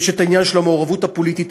יש עניין של המעורבות הפוליטית,